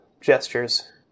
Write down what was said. gestures